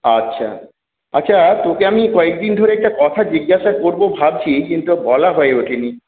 আচ্ছা আচ্ছা তোকে আমি কয়েকদিন ধরে একটা কথা জিজ্ঞাসা করব ভাবছি কিন্তু বলা হয়ে ওঠেনি